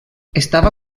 estava